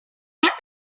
alive